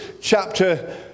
chapter